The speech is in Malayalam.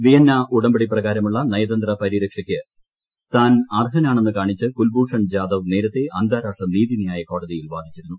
വിയന്ന ഉടമ്പടി പ്രകാരമുള്ള നയതന്ത്ര പരിരക്ഷയ്ക്ക് താൻ അർഹനാണെന്ന് കാണിച്ച് കുൽഭൂഷൺ ജാദവ് നേരത്തേ അന്താരാഷ്ട്ര നീതിന്യായ കോടതിയിൽ വാദിച്ചിരുന്നു